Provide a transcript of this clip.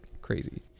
crazy